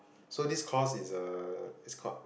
so this course is uh it's called